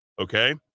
okay